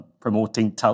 promoting